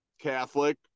Catholic